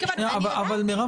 מירב,